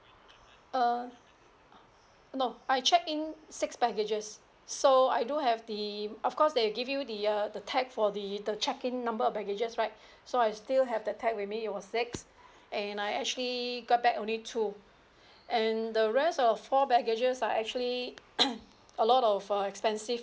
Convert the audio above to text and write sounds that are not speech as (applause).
uh no I checked in six baggage so I do have the of course they give you the uh the tag for the the check in number of baggage right so I still have that tag with me it was six and I actually got back only two and the rest of four baggage are actually (noise) a lot of uh expensive